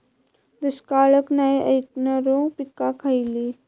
दुष्काळाक नाय ऐकणार्यो पीका खयली?